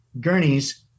gurneys